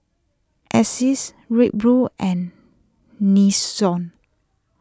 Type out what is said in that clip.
Asics Red Bull and Nixon